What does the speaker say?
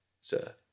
sir